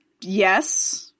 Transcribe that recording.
Yes